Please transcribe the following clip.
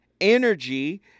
energy